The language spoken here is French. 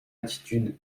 attitude